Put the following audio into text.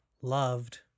loved